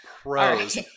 Pros